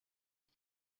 اون